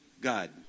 God